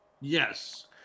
Yes